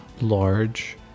large